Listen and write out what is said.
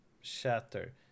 shatter